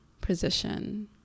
position